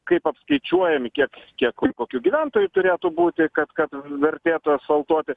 kaip apskaičiuojami kiek kiek kur kokių gyventojų turėtų būti kad kad vertėtų asfaltuoti